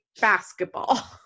basketball